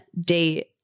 date